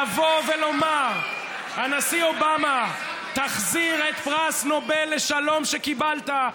לומר לנשיא אובמה: תחזיר את פרס נובל לשלום שקיבלת,